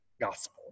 gospel